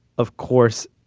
of course,